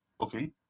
Okay